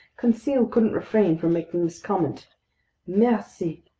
conseil couldn't refrain from making this comment mercy,